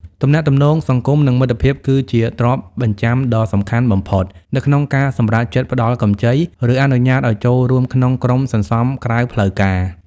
ទំនាក់ទំនងសង្គម និងមិត្តភាពគឺជាទ្រព្យបញ្ចាំដ៏សំខាន់បំផុត នៅក្នុងការសម្រេចចិត្តផ្ដល់កម្ចី ឬអនុញ្ញាតឱ្យចូលរួមក្នុងក្រុមសន្សំក្រៅផ្លូវការ។